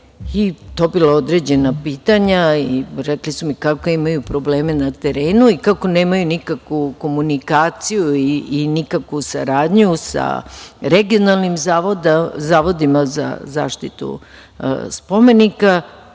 i dobila određena pitanja. Rekli su mi kakve imaju probleme na terenu i kako nemaju nikakvu komunikaciju i nikakvu saradnju sa Regionalnim zavodima za zaštitu spomenika. Meni